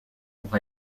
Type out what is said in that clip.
pour